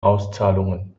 auszahlungen